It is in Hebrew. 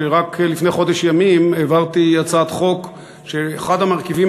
שרק לפני חודש ימים העברתי הצעת חוק שאחד המרכיבים